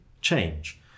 change